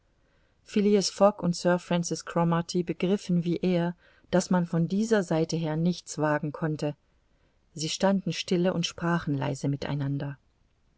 fogg und sir francis cromarty begriffen wie er daß man von dieser seite her nichts wagen konnte sie standen stille und sprachen leise mit